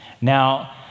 Now